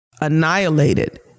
annihilated